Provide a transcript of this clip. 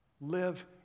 Live